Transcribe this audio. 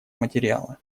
материала